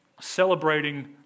celebrating